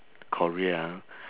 korea ah